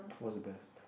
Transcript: what's the best